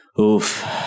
Oof